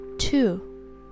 two